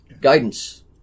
Guidance